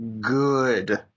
good